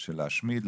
של להשמיד,